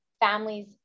families